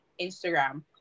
Instagram